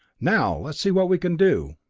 now, let's see what we can do.